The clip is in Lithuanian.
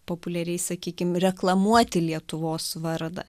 populiariai sakykim reklamuoti lietuvos vardą